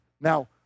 Now